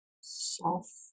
soft